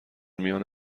میان